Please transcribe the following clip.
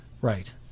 Right